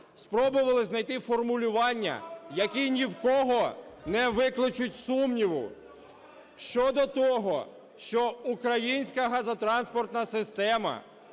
спробували знайти формулювання, які ні в кого не викличуть сумніву щодо того, що українська газотранспортна система